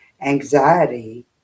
anxiety